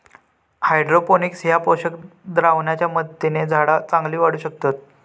hydroponics ह्या पोषक द्रावणाच्या मदतीन झाडा चांगली वाढू शकतत